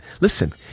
Listen